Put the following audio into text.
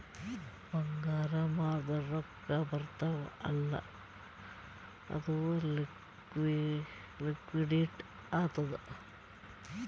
ಬಂಗಾರ್ ಮಾರ್ದುರ್ ರೊಕ್ಕಾ ಬರ್ತಾವ್ ಅಲ್ಲ ಅದು ಲಿಕ್ವಿಡಿಟಿ ಆತ್ತುದ್